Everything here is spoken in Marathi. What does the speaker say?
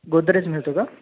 गोदरेज मिळतो का